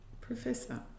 Professor